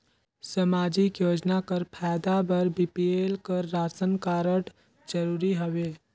समाजिक योजना कर फायदा बर बी.पी.एल कर राशन कारड जरूरी हवे?